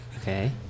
Okay